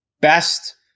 best